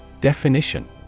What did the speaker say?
Definition